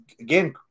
again